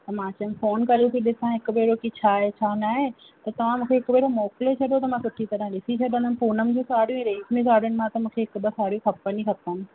त मां चयमि फ़ोन करे त ॾिसां हिकु भेरो की छा आहे छा न आहे त तव्हां मूंखे हिकु भेरो मोकिले छॾियो त मां सुठी तरह ॾिसी छॾंदमि पूनम जी साड़ियूं रेशमी साड़ियुनि मां त मूंखे हिकु ॿ साड़ियूं खपनि ई खपनि